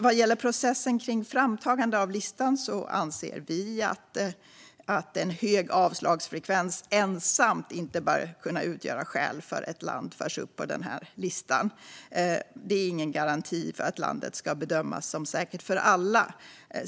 Vad gäller processen kring framtagande av listan anser vi att en hög avslagsfrekvens ensamt inte bör kunna utgöra skäl för att ett land förs upp på listan. Det är ingen garanti för att landet ska bedömas som säkert för alla.